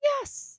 Yes